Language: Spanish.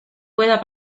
pueda